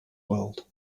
world